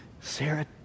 Sarah